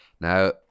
Now